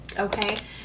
okay